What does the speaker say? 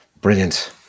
Brilliant